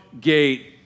gate